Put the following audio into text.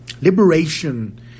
Liberation